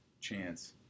chance